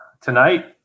tonight